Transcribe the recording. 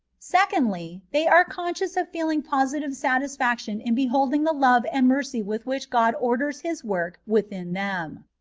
secondly, they are conscious of feeling positive satisfaction in beholding the love and mercy with which god orders his work within them.